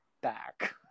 back